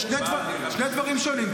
אלה שני דברים שונים.